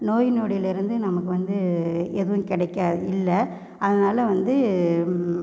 நோய் நொடிலருந்து நமக்கு வந்து எதுவும் கிடைக்காது இல்லை அதனால வந்து